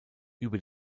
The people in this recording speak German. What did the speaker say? über